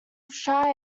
shy